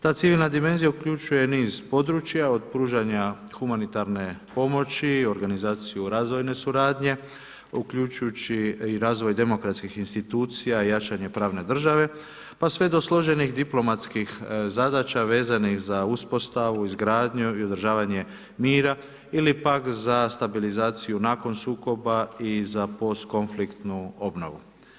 Ta civilna dimenzija uključuje niz područja od pružanja humanitarne pomoći, organizaciju razvojne suradnje, uključujući i razvoj demokratskih institucija, jačanje pravne države, pa sve do složenih diplomatskih zadaća vezanih za uspostavu, izgradnju i održavanje mira ili pak za stabilizaciju nakon sukoba i za postkonfliktnu obnovu.